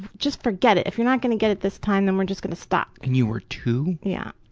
just forget it! if you're not gonna get it this time, then we're just gonna stop. and you were two? yeah.